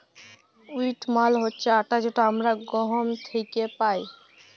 wheat মালে হছে আটা যেট আমরা গহম থ্যাকে পাই